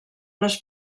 les